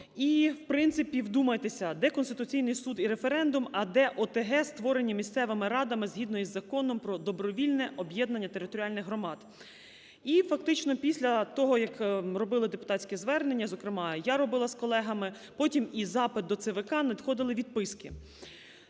І, в принципі, вдумайтеся, де Конституційний Суд і референдум, а де ОТГ, створені місцевими радами згідно із Законом "Про добровільне об'єднання територіальних громад". І фактично після того, як робили депутатські звернення, зокрема я робила з колегами, потім і запит до ЦВК, надходили відписки.